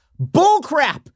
Bullcrap